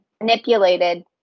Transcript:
manipulated